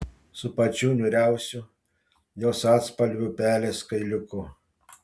su pačiu niūriausiu jos atspalviu pelės kailiuku